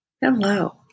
Hello